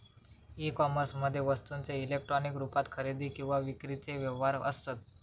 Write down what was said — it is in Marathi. ई कोमर्समध्ये वस्तूंचे इलेक्ट्रॉनिक रुपात खरेदी किंवा विक्रीचे व्यवहार असत